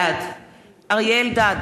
בעד אריה אלדד,